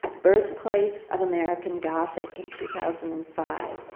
birthplace of american gothic in two thousand and five.